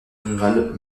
rural